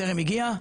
טרם הגיע.